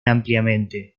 ampliamente